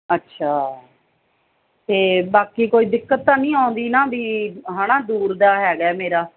ਅੱਛਾ ਅਤੇ ਬਾਕੀ ਕੋਈ ਦਿੱਕਤ ਤਾਂ ਨਹੀਂ ਆਉਂਦੀ ਨਾ ਵੀ ਹੈ ਨਾ ਦੂਰ ਦਾ ਹੈਗਾ ਮੇਰਾ